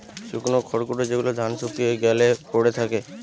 শুকনো খড়কুটো যেগুলো ধান শুকিয়ে গ্যালে পড়ে থাকে